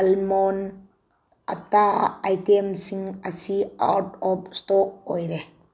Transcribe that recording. almond ꯑꯇꯥ ꯑꯥꯏꯇꯦꯝꯁꯤꯡ ꯑꯁꯤ ꯑꯥꯎꯠ ꯑꯣꯐ ꯏꯁꯇꯣꯛ ꯑꯣꯏꯔꯦ